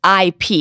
IP